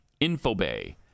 Infobay